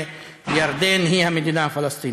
שירדן היא המדינה הפלסטינית.